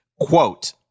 Quote